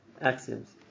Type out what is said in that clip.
axioms